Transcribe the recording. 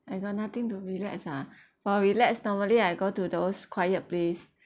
I got nothing to relax ah for relax normally I go to those quiet place